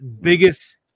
Biggest